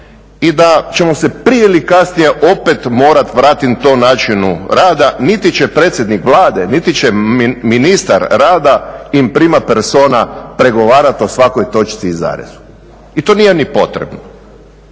i da ćemo se prije ili kasnije opet morati vratiti tom načinu rada. Niti će predsjednik Vlade, niti će ministar rada in prima persona pregovarati o svakoj točci i zarezu. I to nije ni potrebno,